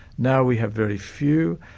now we have very few,